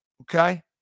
Okay